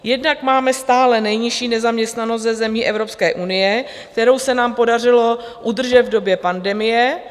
Jednak máme stále nejnižší nezaměstnanost ze zemí Evropské unie, kterou se nám podařilo udržet v době pandemie.